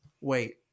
wait